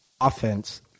offense